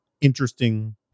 interesting